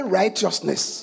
righteousness